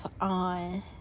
on